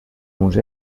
uns